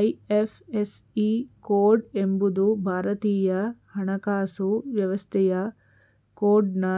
IFSC code ಎಂಬುದು ಭಾರತೀಯ ಹಣಕಾಸು ವ್ಯವಸ್ಥೆಯ ಕೋಡ್ನ್